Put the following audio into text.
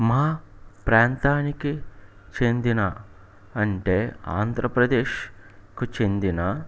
మా ప్రాంతానికి చెందిన అంటే ఆంధ్రప్రదేశ్కు చెందిన